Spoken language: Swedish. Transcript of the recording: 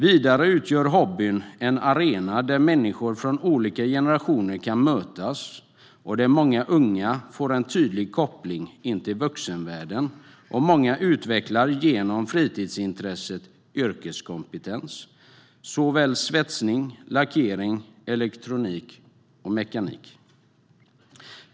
Vidare utgör hobbyn en arena där människor från olika generationer kan mötas och där många unga får en tydlig koppling in till vuxenvärlden, och många utvecklar genom fritidsintresset yrkeskompetens inom såväl svetsning som lackering, elektronik och mekanik.